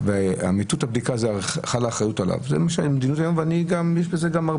ואמיתות הבדיקה חלה האחריות עליו וגם יש בזה...